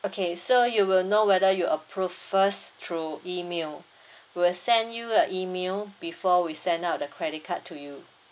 okay so you will know whether you approve first through email we'll send you a email before we send out the credit card to you